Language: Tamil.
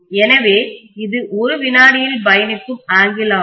எனவே இது 1வினாடியில் பயணிக்கும் ஆங்கிள்கோணம்